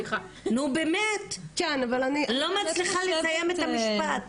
נו באמת, אני לא מצליחה לסיים את המשפט.